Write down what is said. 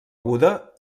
aguda